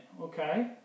okay